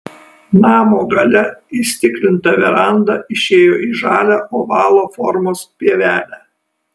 namo gale įstiklinta veranda išėjo į žalią ovalo formos pievelę